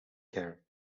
care